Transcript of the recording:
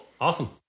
Awesome